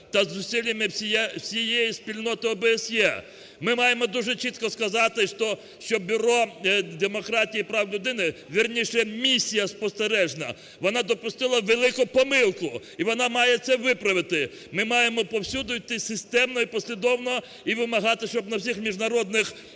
та зусиллями всієї спільноти ОБСЄ. Ми маємо дуже чітко сказати, що Бюро демократії прав людини, вірніше місія спостережна, вона допустила велику помилку, і вона має це виправити. Ми маємо повсюди йти системно і послідовно і вимагати, щоб на всіх міжнародних